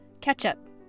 ketchup